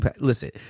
Listen